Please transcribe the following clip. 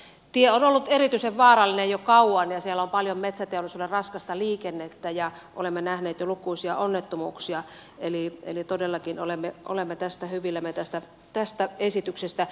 tie on ollut erityisen vaarallinen jo kauan ja siellä on paljon metsäteollisuuden raskasta liikennettä ja olemme nähneet jo lukuisia onnettomuuksia eli todellakin olemme hyvillämme tästä esityksestä